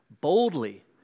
boldly